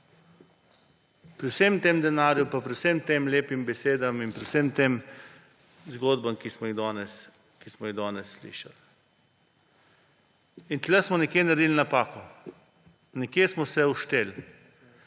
pri vsem tem denarju pa pri vseh teh lepih besedah in pri vseh teh zgodbah, ki smo jih danes slišali. Tum smo nekje naredili napako, nekje smo se ušteli.